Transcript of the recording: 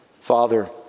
Father